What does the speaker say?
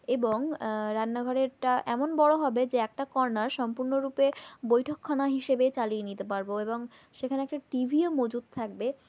এবং রান্নাঘরেরটা এমন বড় হবে যে একটা কর্নার সম্পূর্ণ রূপে বৈঠকখানা হিসেবে চালিয়ে নিতে পারব এবং সেখানে একটা টি ভিও মজুত থাকবে